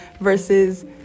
versus